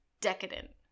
decadent